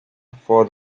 for